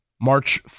March